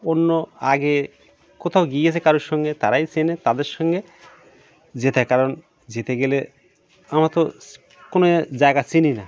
অন্য আগে কোথাও গিয়েছে কারোর সঙ্গে তারাই চেনে তাদের সঙ্গে যেতে কারণ যেতে গেলে আমরা তো কোনো জায়গা চিনি না